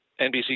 NBC